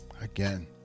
again